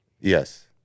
Yes